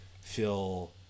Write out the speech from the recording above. feel